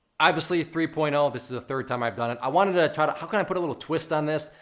obviously, three point zero, this is the third time i've done it. i wanted to try to, how can i put a little twist on this?